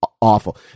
awful